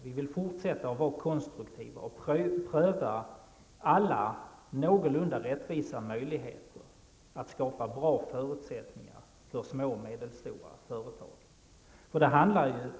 Vi vill fortsätta att vara konstruktiva och pröva alla någorlunda rättvisa möjligheter att skapa bra förutsättningar för små och medelstora företag.